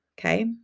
okay